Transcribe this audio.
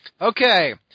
Okay